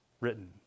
written